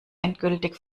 endgültig